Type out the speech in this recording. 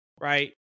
right